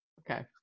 Okay